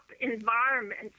environment